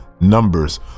Numbers